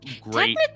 great